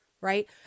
Right